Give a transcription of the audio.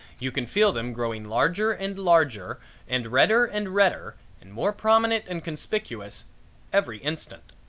you can feel them growing larger and larger and redder and redder and more prominent and conspicuous every instant.